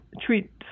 treat